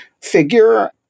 figure